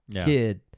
kid